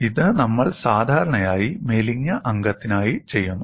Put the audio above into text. ഇത് നമ്മൾ സാധാരണയായി മെലിഞ്ഞ അംഗത്തിനായി ചെയ്യുന്നു